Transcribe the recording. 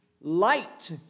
light